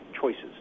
choices